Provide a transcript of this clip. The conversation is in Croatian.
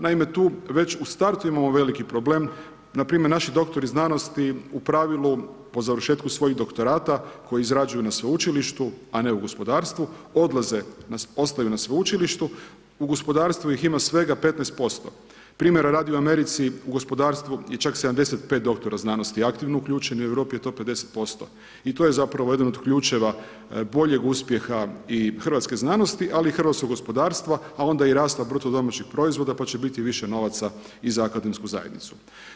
Naime, tu već u startu imamo veliki problem npr. naši doktori znanosti u pravilu po završetku svojih doktorata koji izrađuju na sveučilištu, a ne u gospodarstvu odlaze ostaju na sveučilištu u gospodarstvu ih ima svega 15%. primjera radi u Americi u gospodarstvu je čak 75% doktora znanosti aktivno uključeno u Europi je to 50% i to je jedan od ključeva i boljeg uspjeha i hrvatske znanosti ali i hrvatskog gospodarstva, a onda i rasta BDP-a pa će biti više novaca i za akademsku zajednicu.